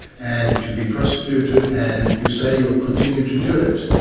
and you've been prosecuted and you say you'll continue to do it.